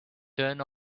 turn